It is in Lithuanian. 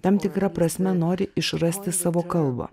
tam tikra prasme nori išrasti savo kalbą